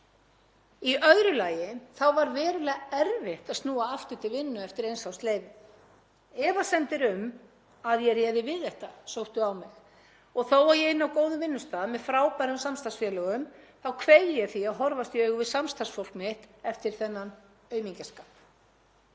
Í öðru lagi var verulega erfitt að snúa aftur til vinnu eftir eins árs leyfi. Efasemdir um að ég réði við þetta sóttu á mig og þó að ég ynni á góðum vinnustað með frábærum samstarfsfélögum kveið ég því að horfast í augu við samstarfsfólk mitt eftir þennan aumingjaskap.